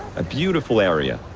a beautiful area,